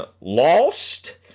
lost